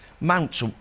Mount's